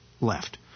left